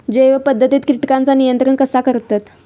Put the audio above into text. जैव पध्दतीत किटकांचा नियंत्रण कसा करतत?